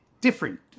different